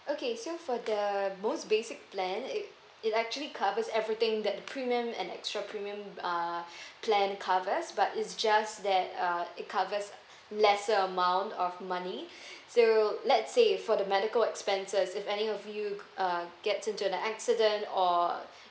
okay so for the most basic plan it it actually covers everything that premium and extra premium uh plan covers but it's just that uh it covers lesser amount of money so let's say for the medical expenses if any of you uh get into an accident or